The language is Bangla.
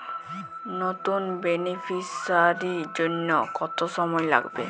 নতুন বেনিফিসিয়ারি জন্য কত সময় লাগবে?